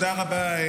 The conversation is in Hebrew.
הנושא הבא על